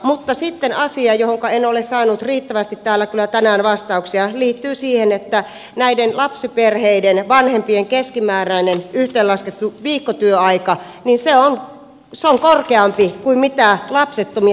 mutta sitten asia johonka en ole saanut riittävästi täällä kyllä tänään vastauksia liittyy siihen että lapsiperheiden vanhempien keskimääräinen yhteenlaskettu viikkotyöaika on korkeampi kuin lapsettomien työssäkäyntiaika